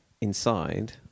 inside